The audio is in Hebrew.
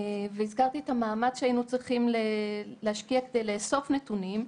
והזכרתי את המאמץ שהיינו צריכים להשקיע כדי לאסוף נתונים.